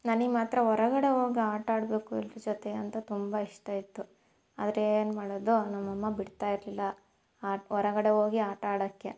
ನನಗ್ ಮಾತ್ರ ಹೊರಗಡೆ ಹೋಗ್ ಆಟಾಡಬೇಕು ಎಲ್ಲರ ಜೊತೆ ಅಂತ ತುಂಬ ಇಷ್ಟ ಇತ್ತು ಆದರೆ ಏನು ಮಾಡೋದು ನಮ್ಮ ಅಮ್ಮ ಬಿಡ್ತಾಯಿರಲಿಲ್ಲ ಆಟ ಹೊರಗಡೆ ಹೋಗಿ ಆಟ ಆಡೋಕ್ಕೆ